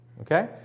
Okay